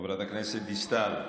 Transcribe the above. חברת הכנסת דיסטל,